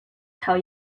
tell